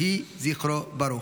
יהי זכרו ברוך.